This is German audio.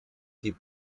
die